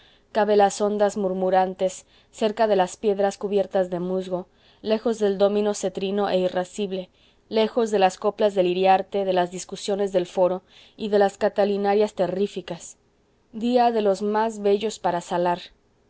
cabe las ondas murmurantes cerca de las piedras cubiertas de musgo lejos del dómino cetrino e irrascible lejos de las coplas del iriarte de las discusiones del foro y de las catilinarias terríficas día de los más bellos para salar